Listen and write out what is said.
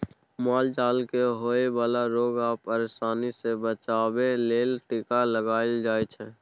माल जाल केँ होए बला रोग आ परशानी सँ बचाबे लेल टीका लगाएल जाइ छै